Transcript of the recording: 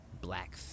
black